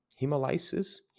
Hemolysis